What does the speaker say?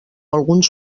alguns